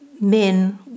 men